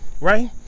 right